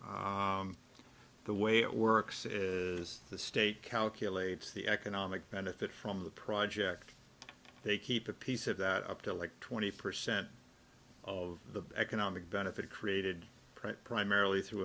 the way it works is the state calculates the economic benefit from the project they keep a piece of that up to like twenty percent of the economic benefit created print primarily t